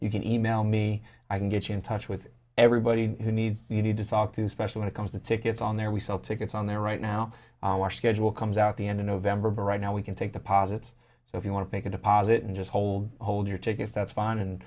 you can e mail me i can get you in touch with everybody who needs you need to talk to specially comes the tickets on there we sell tickets on there right now watch kegel comes out the end of november but right now we can take the positive so if you want to make a deposit and just hold hold your tickets that's fine and